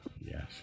yes